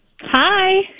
Hi